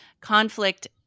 conflict